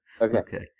Okay